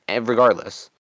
regardless